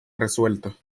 resuelto